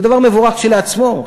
זה דבר מבורך כשלעצמו,